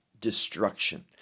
destruction